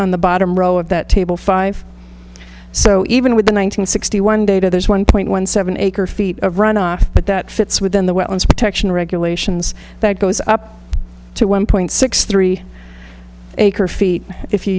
on the bottom row of that table five so even with the one nine hundred sixty one data there's one point one seven acre feet of runoff but that fits within the wetlands protection regulations that goes up to one point six three acre feet if you